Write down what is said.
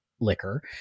liquor